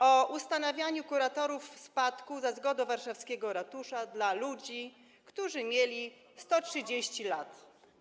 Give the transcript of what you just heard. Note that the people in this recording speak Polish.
o ustanawianiu kuratorów spadku za zgodą warszawskiego ratusza dla ludzi, którzy mieli 130 lat.